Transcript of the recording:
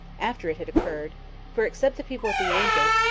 after it had occurred for, except the people at the angel,